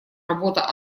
работа